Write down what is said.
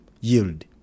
yield